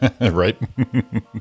Right